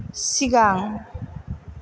सिगां